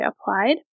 applied